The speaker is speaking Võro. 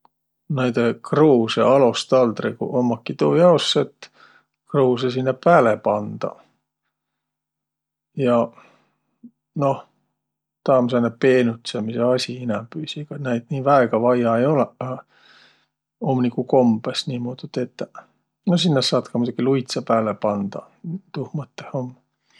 Naidõ kruusõ alostaldriguq ummaki tuu jaos, et kruusõ sinnäq pääle pandaq. Ja noh, taa um sääne peenütsemise asi inämbüisi, egaq naid nii väega vaia ei olõq, aga um nigu kombõs niimuudu tetäq. No sinnäq saat ka muidoki luitsa pääle pandaq, tuuh mõttõh um.